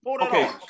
Okay